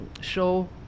show